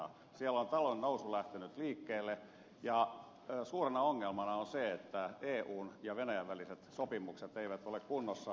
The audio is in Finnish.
siellä on taloudellinen nousu lähtenyt liikkeelle ja suurena ongelmana on se että eun ja venäjän väliset sopimukset eivät ole kunnossa